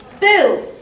boo